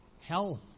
hell